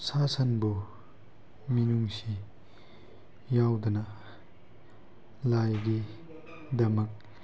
ꯁꯥ ꯁꯟꯕꯨ ꯃꯤꯅꯨꯡꯁꯤ ꯌꯥꯎꯗꯅ ꯂꯥꯏꯒꯤ ꯗꯃꯛ